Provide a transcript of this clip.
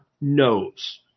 knows